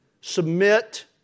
submit